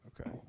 Okay